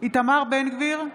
איתמר בן גביר,